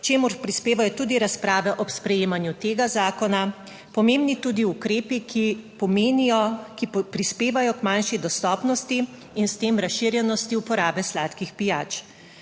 čemur prispevajo tudi razprave ob sprejemanju tega zakona, pomembni tudi ukrepi, ki prispevajo k manjši dostopnosti in s tem razširjenosti uporabe sladkih pijač.